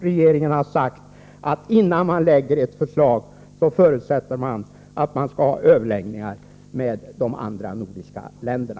Regeringen har sagt, att innan man lägger fram ett förslag, skall man ha överläggningar med de övriga nordiska länderna.